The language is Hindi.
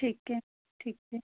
ठीक है ठीक है